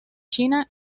china